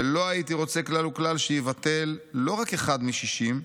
ולא הייתי רוצה כלל וכלל שייבטל לא רק אחד מ-60,